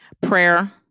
Prayer